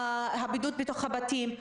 הבידוד בתוך הבתים,